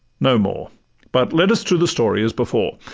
no more but let us to the story as before.